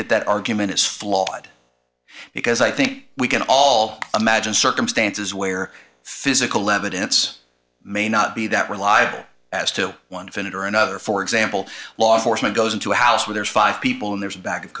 that that argument is flawed because i think we can all imagine circumstances where physical evidence may not be that reliable as to one definite or another for example law enforcement goes into a house where there's five people and there's a bag of